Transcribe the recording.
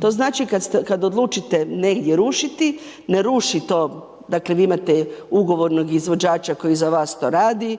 To znači kad odlučite negdje rušiti, ne ruši to dakle vi imate ugovornog izvođači koji za vas to radi,